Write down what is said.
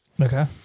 Okay